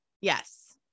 Yes